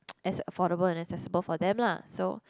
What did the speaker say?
as affordable and accessible for them lah so